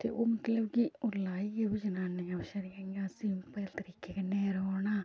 ते ओह् मतलब कि ओह् लाइयै ओह् जनानियां बचैरियां इ'यां सिंपल तरीके कन्नै रौह्ना